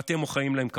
ואתם מוחאים להם כפיים.